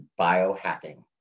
biohacking